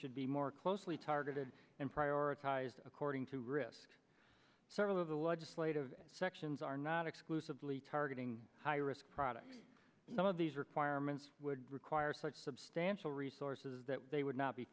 should be more closely targeted and prioritized according to risk several of the legislative sections are not exclusively targeting high risk products some of these requirements would require such substantial resources that they would not be